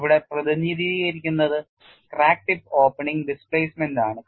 ഇവിടെ പ്രതിനിധീകരിക്കുന്നത് crack tip opening displacement ആണ്